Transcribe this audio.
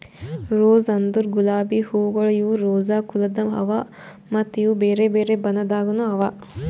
rose ಅಂದುರ್ ಗುಲಾಬಿ ಹೂವುಗೊಳ್ ಇವು ರೋಸಾ ಕುಲದ್ ಅವಾ ಮತ್ತ ಇವು ಬೇರೆ ಬೇರೆ ಬಣ್ಣದಾಗನು ಅವಾ